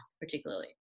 particularly